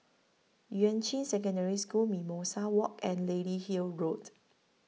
Yuan Ching Secondary School Mimosa Walk and Lady Hill Road